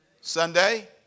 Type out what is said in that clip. Sunday